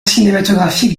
cinématographique